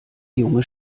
junge